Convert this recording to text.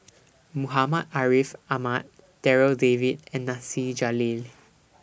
Muhammad Ariff Ahmad Darryl David and Nasir Jalil